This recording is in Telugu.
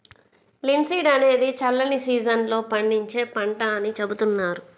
లిన్సీడ్ అనేది చల్లని సీజన్ లో పండించే పంట అని చెబుతున్నారు